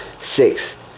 six